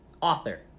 Author